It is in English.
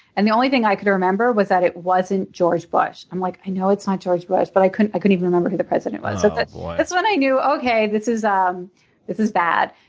and the only thing i could remember was that it wasn't george bush. i'm like, i know it's not george bush, but i couldn't i couldn't even remember who the president was. and that's that's when i knew, okay, this is um this is bad.